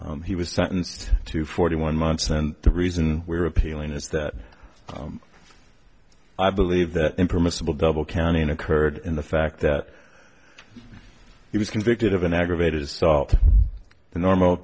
he was sentenced to forty one months and the reason we're appealing is that i believe that permissible double counting occurred in the fact that he was convicted of an aggravated assault the normal